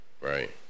Right